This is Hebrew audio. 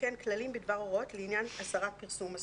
וכן כללים בדבר הוראות לעניין הסרת פרסום אסור".